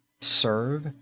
Serve